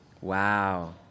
Wow